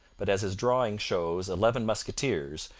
but as his drawing shows eleven musketeers,